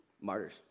Martyrs